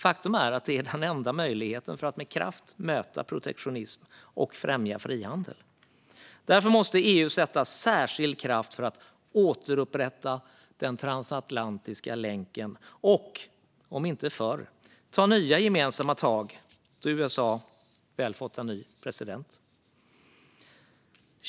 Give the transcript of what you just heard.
Faktum är att det är den enda möjligheten för att med kraft möta protektionism och främja frihandel. Därför måste EU lägga särskild kraft på att återupprätta den transatlantiska länken och ta nya gemensamma tag då USA väl fått en ny president, om inte förr.